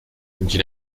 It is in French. dit